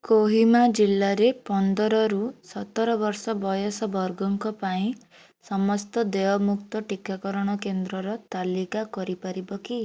କୋହିମା ଜିଲ୍ଲାରେ ପନ୍ଦରରୁ ସତର ବର୍ଷ ବୟସ ବର୍ଗଙ୍କ ପାଇଁ ସମସ୍ତ ଦେୟମୁକ୍ତ ଟିକାକରଣ କେନ୍ଦ୍ରର ତାଲିକା କରି ପାରିବ କି